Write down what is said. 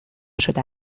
شده